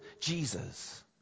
Jesus